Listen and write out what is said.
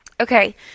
okay